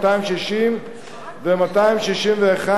260 ו-261(1)